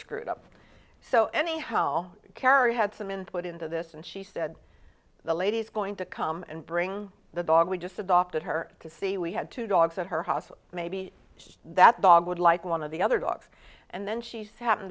screwed up so anyhow kerry had some input into this and she said the lady's going to come and bring the dog we just adopted her to see we had two dogs at her house maybe that dog would like one of the other dogs and then she's ha